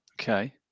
Okay